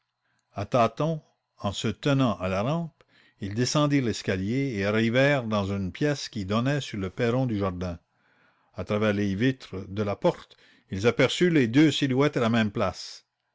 à tâtons en se tenant à la rampe ils descendirent l'escalier et arrivèrent devant le perron qui dessert le jardin à travers les vitres de la porte ils aperçurent les deux silhouettes à la même place